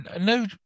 No